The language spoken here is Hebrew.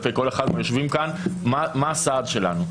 כלפי כל אחד מהיושבים כאן מה הסעד שלנו?